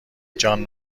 جان